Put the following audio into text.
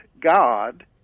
God